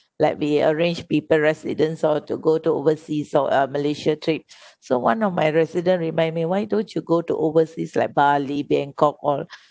like we arrange people residents all to go to overseas or malaysia trip so one of my resident remind me why don't you go to overseas like bali bangkok all